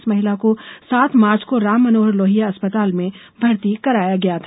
इस महिला को सात मार्च को राम मनोहर लोहिया अस्पताल में भर्ती कराया गया था